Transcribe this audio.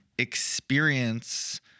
experience